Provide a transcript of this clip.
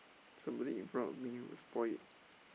somebody in front of me will spoil it